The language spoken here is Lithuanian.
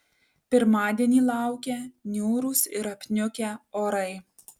pirmadienį laukia niūrūs ir apniukę orai